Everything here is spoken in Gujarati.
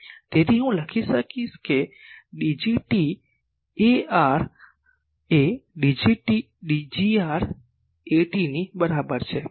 તેથી હું લખીશ કે Dgt Ar એ Dgr At ની બરાબર છે